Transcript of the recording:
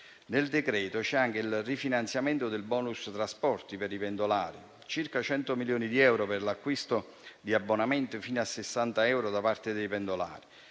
prevede anche il rifinanziamento del *bonus* trasporti per i pendolari: circa 100 milioni di euro per l'acquisto di abbonamenti fino a 60 euro da parte dei pendolari